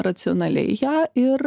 racionaliai ją ir